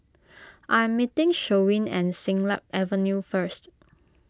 I am meeting Sherwin at Siglap Avenue first